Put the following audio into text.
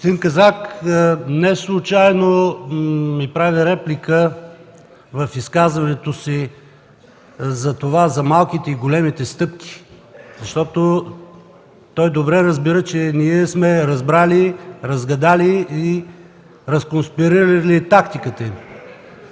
Четин Казак неслучайно ми прави реплика в изказването си за малките и големите стъпки, защото той добре разбира, че ние сме разбрали, разгадали и разконспирирали тактиката им.